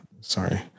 sorry